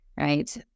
Right